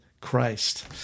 Christ